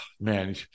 man